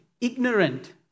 ignorant